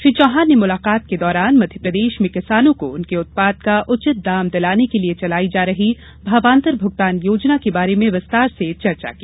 श्री चौहान ने मुलाकात के दौरान मध्यप्रदेश में किसानों को उनके उत्पाद का उचित दाम दिलाने के लिए चलायी जा रही भावांतर भुगतान योजना के बारे में विस्तार से चर्चा की